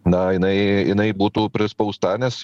na jinai jinai būtų prispausta nes